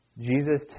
Jesus